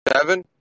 seven